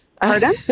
Pardon